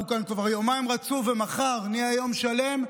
אנחנו כאן כבר יומיים רצוף, ומחר נהיה יום שלם,